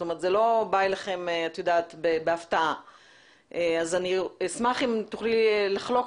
זאת אומרת זה לא בא אליכם בהפתעה אז אני אשמח אם תוכלי לחלוק